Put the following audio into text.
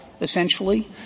essentially